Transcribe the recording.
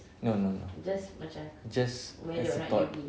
no no no just just a thought